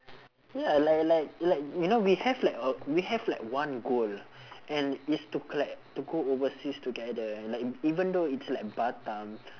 ya like like like you know we have like uh we have like one goal and it's to like to go overseas together and like even though it's like batam